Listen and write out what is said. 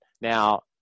Now